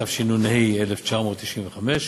התשנ"ה 1995,